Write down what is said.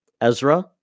Ezra